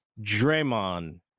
Draymond